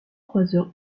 croiseurs